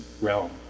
realm